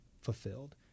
fulfilled